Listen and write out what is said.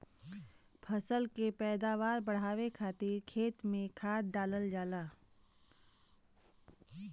फसल के पैदावार बढ़ावे खातिर खेत में खाद डालल जाला